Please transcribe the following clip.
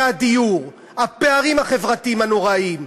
מחירי הדיור, הפערים החברתיים הנוראים,